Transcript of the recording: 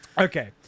Okay